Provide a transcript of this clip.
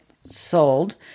sold